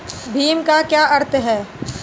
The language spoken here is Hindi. भीम का क्या अर्थ है?